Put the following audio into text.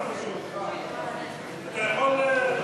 מוותרת.